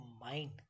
mind